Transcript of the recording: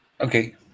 okay